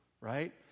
right